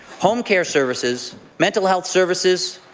home care services, mental health services,